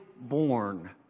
born